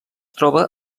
troba